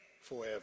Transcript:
forever